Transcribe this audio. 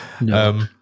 No